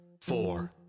four